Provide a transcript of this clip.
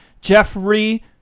Jeffrey